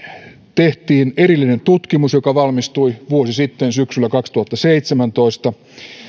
tehtiin erillinen tutkimus joka valmistui vuosi sitten syksyllä kaksituhattaseitsemäntoista